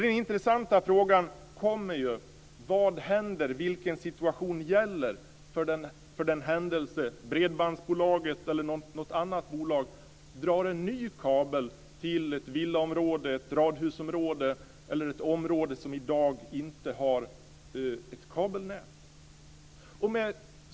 Den intressanta frågan kommer ju: Vad händer och vilken situation gäller för den händelse att Bredbandsbolaget eller något annat bolag drar en ny kabel till ett villaområde, ett radhusområde eller ett område som i dag inte har ett kabelnät?